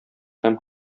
һәм